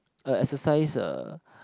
a exercise uh